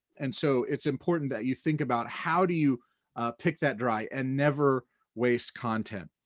and so it's important that you think about how do you pick that dry and never waste content?